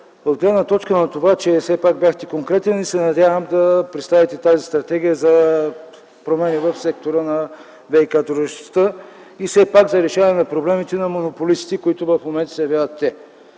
от гледна точка на това, че все пак бяхте конкретен и се надявам да представите тази стратегия за промени в сектора на ВиК дружествата и за решаване проблемите на монополистите, които в момента се явяват те.